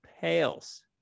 pales